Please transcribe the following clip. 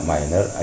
Minor